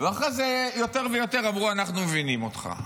אחרי זה יותר ויותר אמרו, אנחנו מבינים אותך.